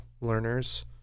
learners